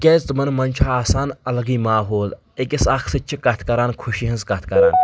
تِکیٛازِ تِمن منٛز چھُ آسان الگٕے ماحول أکِس اکھ سۭتۍ چھِ کتھ کران خوشی ہنٛز کتھ کران